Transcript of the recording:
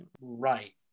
Right